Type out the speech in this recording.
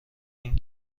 این